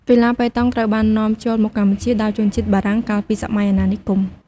កីឡាប៉េតង់ត្រូវបាននាំចូលមកកម្ពុជាដោយជនជាតិបារាំងកាលពីសម័យអាណានិគម។